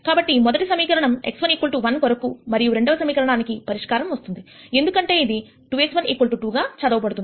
కాబట్టి మొదటి సమీకరణం x1 1 కొరకు మరియు రెండవ సమీకరణానికి పరిష్కారము వస్తుంది ఎందుకంటే ఇది 2x1 2 గా చదవ బడుతుంది